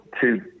two